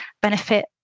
benefit